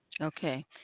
Okay